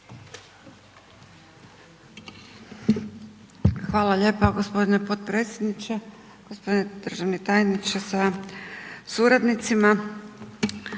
Hvala lijepa gospodine potpredsjedniče, gospodine državni tajniče sa suradnicima,